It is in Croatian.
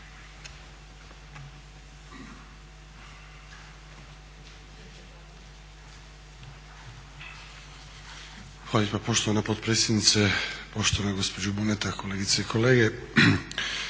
lijepa poštovana potpredsjednice, poštovana gospođo Buneta, kolegice i kolege.